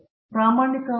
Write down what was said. ಪ್ರತಾಪ್ ಹರಿಡೋಸ್ 1 ಗಂಟೆ